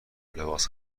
لباس